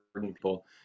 people